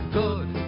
good